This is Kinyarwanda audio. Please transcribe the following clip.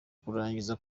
kurangiza